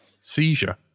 seizure